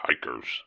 hikers